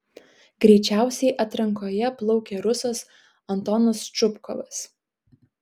greičiausiai atrankoje plaukė rusas antonas čupkovas